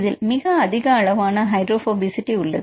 இதில் மிக அதிகளவான ஹைட்ரோபோபசிட்டி உள்ளது